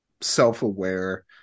self-aware